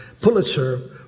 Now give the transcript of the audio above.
Pulitzer